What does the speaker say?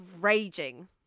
raging